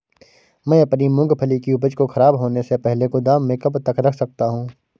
मैं अपनी मूँगफली की उपज को ख़राब होने से पहले गोदाम में कब तक रख सकता हूँ?